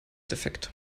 defekt